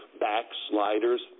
backsliders